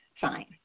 fine